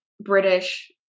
British